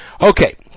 Okay